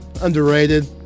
Underrated